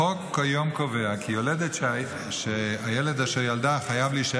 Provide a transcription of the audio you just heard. החוק כיום קובע כי יולדת שהילד שילדה חייב להישאר